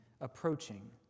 approaching